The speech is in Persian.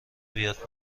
بیاد